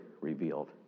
revealed